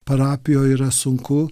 parapijoj yra sunku